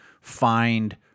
find